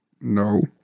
No